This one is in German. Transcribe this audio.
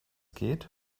geht